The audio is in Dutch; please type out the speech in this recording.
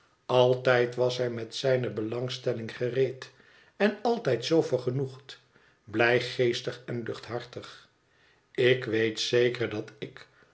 altijd was hij met zijne belangstelling gereed en altijd zoo vergenoegd blijgeestig en luchthartig ik weet zeker dat ik